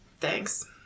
Thanks